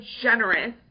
generous